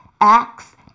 acts